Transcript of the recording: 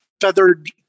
feathered